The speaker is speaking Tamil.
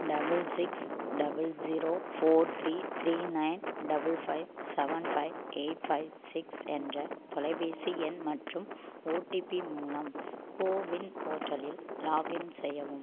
double six double zero four three three nine double five seven five eight five six என்ற தொலைபேசி எண் மற்றும் ஓடிபி மூலம் கோவின் போர்ட்டலில் லாக் இன் செய்யவும்